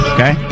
Okay